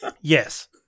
Yes